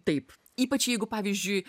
taip ypač jeigu pavyzdžiui